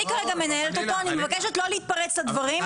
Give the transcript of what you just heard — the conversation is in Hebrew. אני כרגע מנהלת אותו, אני מבקשת לא להתפרץ לדברים.